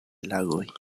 lagoj